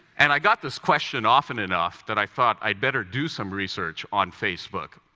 and i got this question often enough that i thought i'd better do some research on facebook.